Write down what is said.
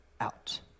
out